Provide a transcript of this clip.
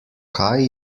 kaj